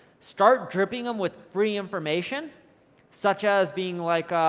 start dripping em with free information such as being like,